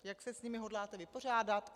Jak se s nimi hodláte vypořádat?